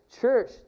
church